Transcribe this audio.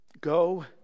Go